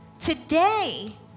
today